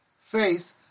Faith